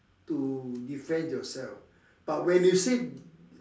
to defend yourself but when you say